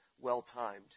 well-timed